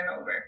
over